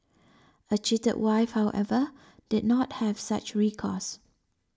a cheated wife however did not have such recourse